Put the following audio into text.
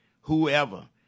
Whoever